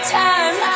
time